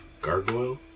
gargoyle